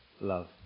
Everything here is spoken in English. love